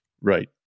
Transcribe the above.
Right